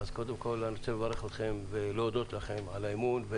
אני רוצה לברך אתכם ולהודות לכם על האמון.